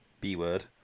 B-word